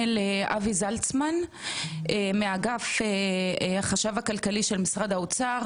לאבי זלצמן מאגף החשב הכלכלי של משרד האוצר,